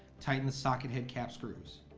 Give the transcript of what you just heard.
tighten the socket head cap screws.